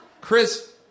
Chris